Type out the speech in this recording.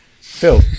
Phil